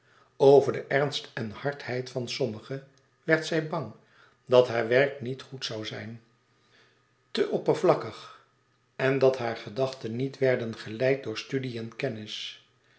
over de ernst en hardheid van sommige werd zij bang dat haar werk niet goed zoû zijn te oppervlakkig en dat hare gedachten niet werden geleid door studie en kennis